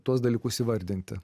tuos dalykus įvardinti